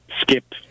skip